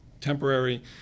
temporary